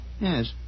Yes